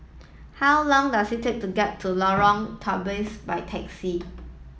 how long does it take to get to Lorong Tawas by taxi